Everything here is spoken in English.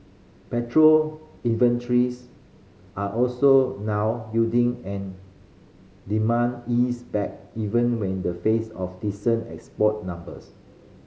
petrol inventories are also now building an demand ease back even when the face of decent export numbers